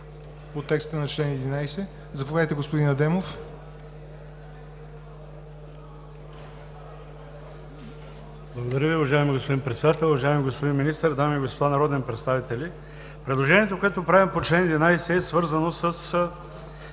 Благодаря Ви, уважаеми господин Председател. Уважаеми господин Министър, уважаеми дами и господа народни представители! Предложението, което правим по чл. 11, е свързано с